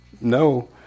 no